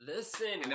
Listen